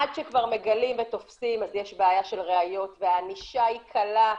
עד שכבר מגלים ותופסים אז יש בעיה של ראיות והענישה היא קלה,